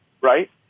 Right